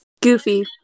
Goofy